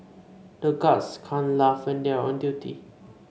the guards can't laugh when they are on duty